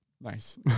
Nice